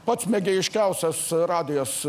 pats mėgėjiškiausios radijas